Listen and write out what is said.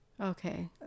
okay